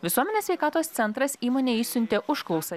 visuomenės sveikatos centras įmonei išsiuntė užklausą